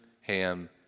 Ham